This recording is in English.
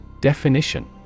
Definition